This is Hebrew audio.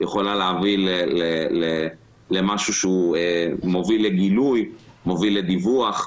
יכולה להביא למשהו שמוביל לגילוי ומוביל לדיווח.